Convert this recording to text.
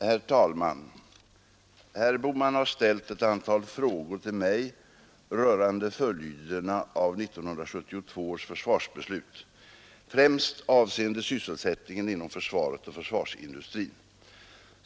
Herr talman! Herr Bohman har ställt ett antal frågor till mig rörande följderna av 1972 års försvarsbeslut, främst avseende sysselsättningen inom försvaret och försvarsindustrin.